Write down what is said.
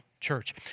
church